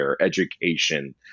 education